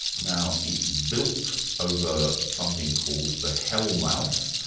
now it's built over something called the hell mouth,